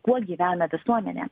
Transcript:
kuo gyvena visuomenė